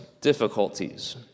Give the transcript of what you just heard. difficulties